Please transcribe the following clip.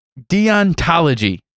deontology